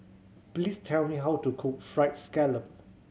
please tell me how to cook Fried Scallop